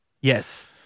Yes